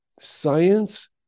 science